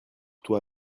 toi